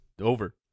over